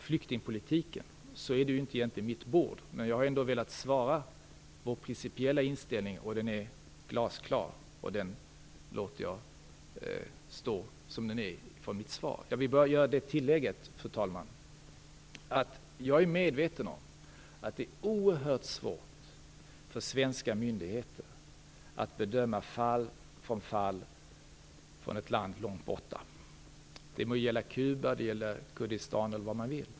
Flyktingpolitiken är ju egentligen inte mitt bord, men jag har ändå velat uttrycka vår principiella inställning. Den är glasklar, och jag låter den stå som den är från mitt svar. Jag vill bara göra ett tillägg, fru talman: Jag är medveten om att det är oerhört svårt för svenska myndigheter att bedöma flyktingar från ett land långt borta från fall till fall. Det må gälla Kuba, Kurdistan eller vad man vill.